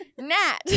Nat